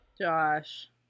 Josh